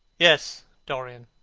yes, dorian,